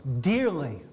dearly